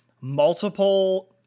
multiple